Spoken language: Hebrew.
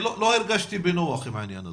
ולא הרגשתי בנוח עם העניין הזה.